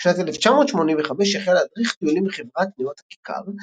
בשנת 1985 החל להדריך טיולים בחברת "נאות הכיכר",